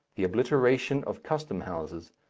the obliteration of custom-houses,